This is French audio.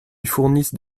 fournissent